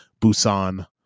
Busan